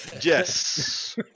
Yes